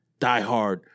diehard